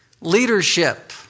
leadership